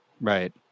Right